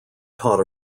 taught